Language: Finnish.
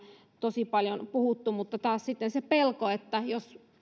tosi paljon puhuttu mutta sitten taas on se pelko että jos